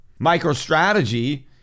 MicroStrategy